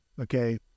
okay